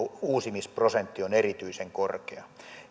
uusimisprosentti on erityisen korkea